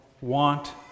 want